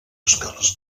escales